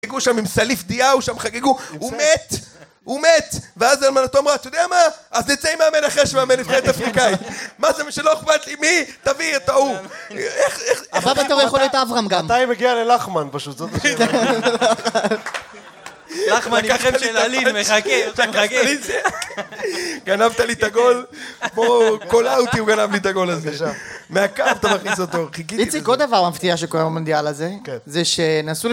חגגו שם עם סליף דיהו, שם חגגו, הוא מת, הוא מת. ואז אלמנתו אמרה, אתה יודע מה? אז נצא עם מאמן אחר של מאמן נבחרת אפריקאית. מה זה, שלא אכפת לי מי? תביאי את ההוא. איך... הבא בתור יכול להיות אברהם גם. מתי היא מגיעה ללחמן פשוט, זאת השאלה. ענק.. לחמן נכנס לללין, מחכה, חכה. גנבת לי את הגול. כמו קולאוטי, הוא גנב לי את הגול הזה שם. מהקו אתה מכניס אותו, חיכיתי לזה. איציק, עוד דבר מפתיע שקרה במונדיאל הזה, כן, זה שנעשו...